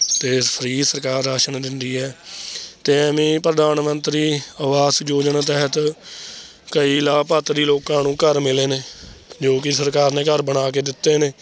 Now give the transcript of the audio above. ਅਤੇ ਫਰੀ ਸਰਕਾਰ ਰਾਸ਼ਨ ਦਿੰਦੀ ਹੈ ਅਤੇ ਐਵੇਂ ਹੀ ਪ੍ਰਧਾਨ ਮੰਤਰੀ ਅਵਾਸ ਯੋਜਨਾ ਤਹਿਤ ਕਈ ਲਾਭਪਾਤਰੀ ਲੋਕਾਂ ਨੂੰ ਘਰ ਮਿਲੇ ਨੇ ਜੋ ਕਿ ਸਰਕਾਰ ਨੇ ਘਰ ਬਣਾ ਕੇ ਦਿੱਤੇ ਨੇ